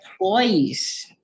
employees